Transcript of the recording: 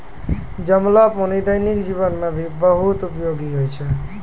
जमलो पानी दैनिक जीवन मे भी बहुत उपयोगि होय छै